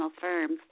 firms